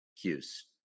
Cuse